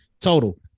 total